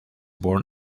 born